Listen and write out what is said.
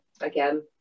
again